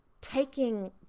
Taking